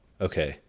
Okay